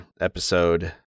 episode